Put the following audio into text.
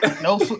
No